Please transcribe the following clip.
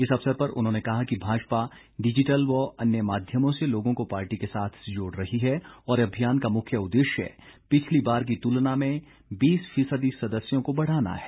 इस अवसर पर उन्होंने कहा कि भाजपा डिजिटल व अन्य माध्यमों से लोगों को पार्टी के साथ जोड़ रही है और अभियान का मुख्य उद्देश्य पिछली बार की तुलना में बीस फीसदी सदस्यों को बढ़ाना है